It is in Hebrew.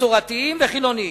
מסורתיים וחילונים.